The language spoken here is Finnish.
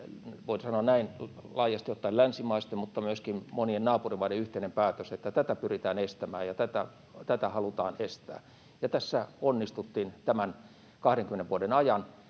voin sanoa näin, laajasti ottaen länsimaiden mutta myöskin monien naapurimaiden yhteinen päätös, että tätä pyritään estämään ja tätä halutaan estää. Ja tässä onnistuttiin tämän 20 vuoden ajan.